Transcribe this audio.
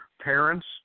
parents